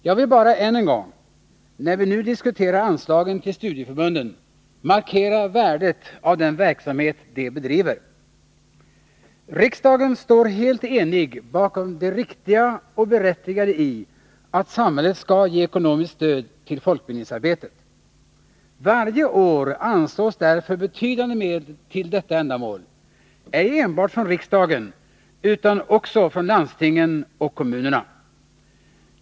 Jag vill bara än en gång, när vi nu diskuterar anslagen till studieförbunden, markera värdet av den verksamhet de bedriver. Riksdagen står helt enig bakom det riktiga och berättigade i att samhället skall ge ekonomiskt stöd till folkbildningsarbetet. Varje år anslås därför betydande medel till detta ändamål, ej enbart från riksdagen utan också från landstingen och kommunerna.